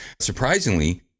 Surprisingly